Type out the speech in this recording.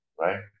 right